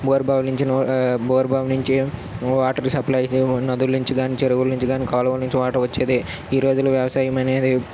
బోరుబావులు నుంచి నో బోరు బావి నుంచి వాటర్ సప్లై సెవో నదుల నుంచి కాని చెరువుల నుంచి కాని కాలువుల నుంచి వాటర్ వచ్చేది ఈ రోజులో వ్యవసాయం అనేది